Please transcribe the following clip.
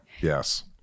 Yes